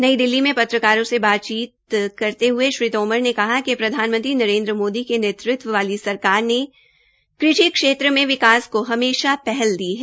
नई दिल्ली में पत्रकारों से बातचीत में करते हये श्री तोमर ने ने कहा कि प्रधानमंत्री नरेन्द्र मोदी के नेतृत्व वाली सरकार ने कृषि क्षेत्र में विकास को हमेशा पहल दी है